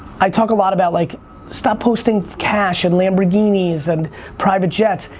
i talk a lot about like stop posting cash and lamborghini's and private jests.